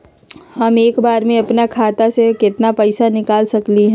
हम एक बार में अपना खाता से केतना पैसा निकाल सकली ह?